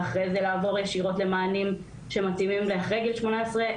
ואחרי זה לעבור ישירות למענים שמתאימים לאחרי גיל 18,